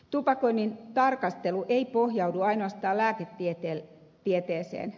tupakoinnin tarkastelu ei pohjaudu ainoastaan lääketieteeseen